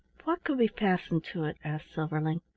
what could we fasten to it? asked silverling.